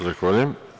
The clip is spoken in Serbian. Zahvaljujem.